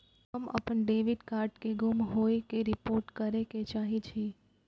हम अपन debit card के गुम होय के रिपोर्ट करे के चाहि छी